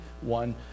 one